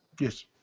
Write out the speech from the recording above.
Yes